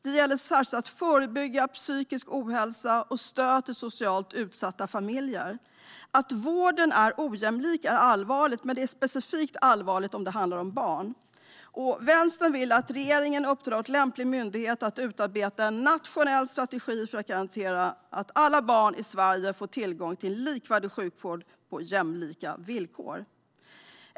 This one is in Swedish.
Det gäller särskilt förebyggande av psykisk ohälsa och stöd till socialt utsatta familjer. Att vården är ojämlik är allvarligt, i synnerhet när det handlar om barn. Vänstern vill att regeringen uppdrar åt lämplig myndighet att utarbeta en nationell strategi för att garantera att alla barn i Sverige får tillgång till en likvärdig sjukvård på jämlika villkor.